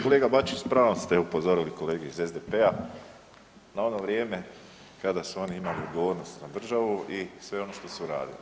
Kolega Bačić s pravom ste upozorili kolege iz SDP-a na ono vrijeme kada su oni imali odgovornost za državu i sve ono što su radili.